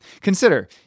Consider